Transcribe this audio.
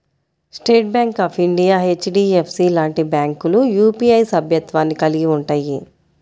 state Bank of India, HDFC లాంటి బ్యాంకులు UPI సభ్యత్వాన్ని కలిగి ఉంటయ్యి